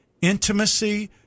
Intimacy